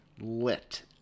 lit